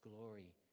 glory